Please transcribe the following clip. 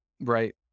Right